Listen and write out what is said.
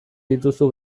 dituzu